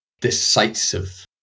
decisive